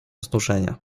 znużenia